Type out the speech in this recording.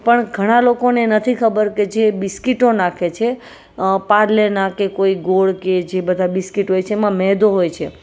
પણ ઘણા લોકોને નથી ખબર કે જે બિસ્કીટો નાખે છે પાર્લેનાં કે કોઈ ગોલ્ડ કે જે બધાં બિસ્કીટ હોય છે એમાં મેંદો હોય છે